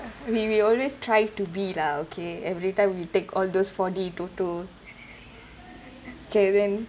we we always try to be lah okay every time we take all those four d TOTO kay then